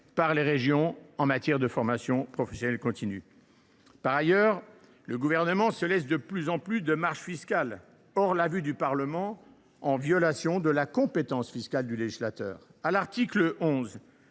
par les régions en matière de formation professionnelle continue. Par ailleurs, le Gouvernement se laisse de plus en plus de marges fiscales hors la vue du Parlement, en violation de la compétence fiscale du législateur. À l’article 11,